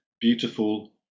beautiful